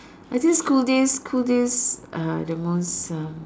actually school days school days are the most uh